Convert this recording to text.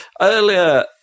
earlier